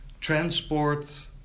transport